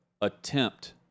attempt